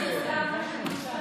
תודה רבה.